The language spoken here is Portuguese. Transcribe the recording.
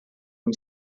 uma